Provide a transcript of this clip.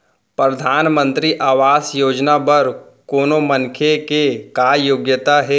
परधानमंतरी आवास योजना बर कोनो मनखे के का योग्यता हे?